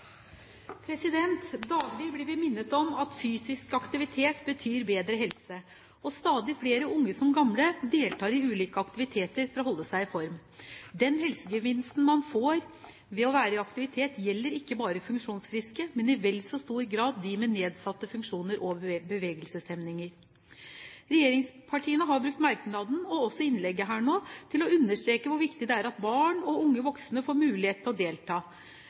Daglig blir vi minnet om at fysisk aktivitet betyr bedre helse, og stadig flere unge som gamle deltar i ulike aktiviteter for å holde seg i form. Den helsegevinsten man får ved å være i aktivitet, gjelder ikke bare funksjonsfriske, men i vel så stor grad dem med nedsatte funksjoner og bevegelseshemninger. Regjeringspartiene har brukt merknaden og også innlegget her nå til å understreke hvor viktig det er at barn og unge voksne får mulighet til å delta,